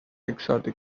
exotic